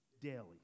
daily